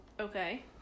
Okay